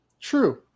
True